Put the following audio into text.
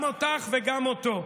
גם אותך וגם אותו.